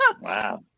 Wow